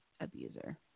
abuser